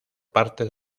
parte